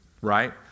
right